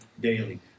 daily